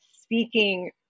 speaking